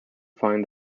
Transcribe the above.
find